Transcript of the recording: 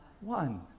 One